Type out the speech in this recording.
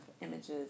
images